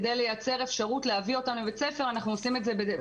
כדי לייצר אפשרות להביא אותם לבית הספר אנחנו